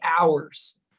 hours